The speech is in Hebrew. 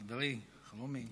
חברי אלחרומי,